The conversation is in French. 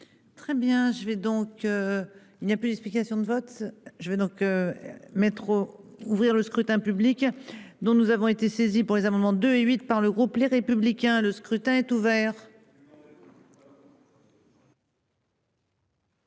vais donc. Il n'y a plus d'explication de vote. Je vais donc. Métro ouvrir le scrutin public dont nous avons été saisis pour les abonnements de et huit par le groupe Les Républicains, le scrutin est ouvert.